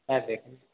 হ্যাঁ দেখুন